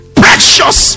precious